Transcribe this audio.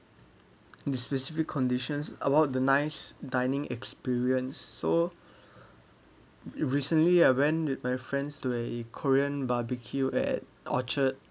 the specific conditions about the nice dining experience so recently I went with my friends to a korean barbecue at orchard